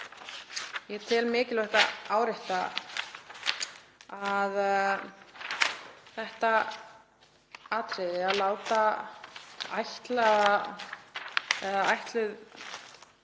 ég tel mikilvægt að árétta að þetta atriði, að láta ætluð